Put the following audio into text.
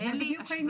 אין לי השוואה.